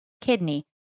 kidney